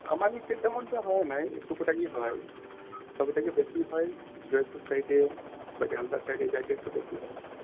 আমাদের এদিকটায় তেমন তো হয় না টুকিটাকি হয় সবেথেকে বেশি হয় জয়পুর সাইডে বা ঝালদার সাইডে এই সাইডটা একটু বেশি হয়